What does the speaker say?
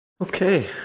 Okay